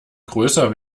größer